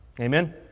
Amen